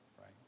right